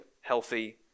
healthy